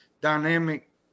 dynamic